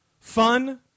Fun